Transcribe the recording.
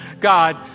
God